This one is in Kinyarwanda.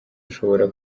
ushobora